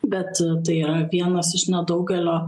bet tai yra vienas iš nedaugelio